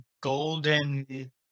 golden